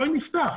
בואי נפתח.